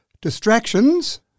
distractions